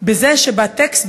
מזה שבטקסט,